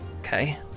Okay